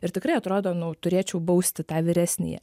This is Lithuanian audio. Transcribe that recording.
ir tikrai atrodo nu turėčiau bausti tą vyresnįjį